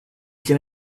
che